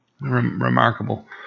Remarkable